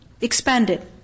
expanded